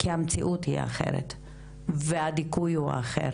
כי המציאות היא אחרת והדיכוי הוא אחר